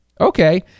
okay